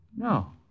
No